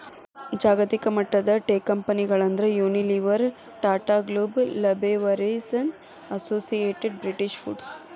ಜಾಗತಿಕಮಟ್ಟದ ಟೇಕಂಪೆನಿಗಳಂದ್ರ Unilever, Tata Global Beverages, Associated British foods